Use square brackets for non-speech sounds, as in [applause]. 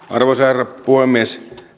[unintelligible] arvoisa herra puhemies